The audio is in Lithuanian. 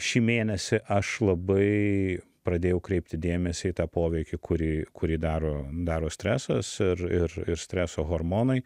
šį mėnesį aš labai pradėjau kreipti dėmesį į tą poveikį kurį kurį daro daro stresas ir ir ir streso hormonai